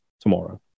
Tomorrow